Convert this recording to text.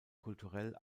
kulturell